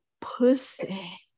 pussy